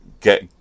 get